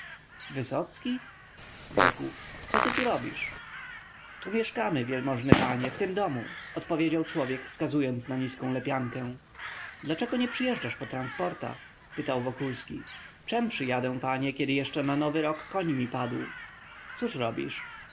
wysocki rzekł co ty tu robisz tu mieszkamy wielmożny panie w tym domu odpowiedział człowiek wskazując na niską lepiankę dlaczego nie przyjeżdżasz po transporta pytał wokulski czem przyjadę panie kiedy jeszcze na nowy rok koń mi padł cóż robisz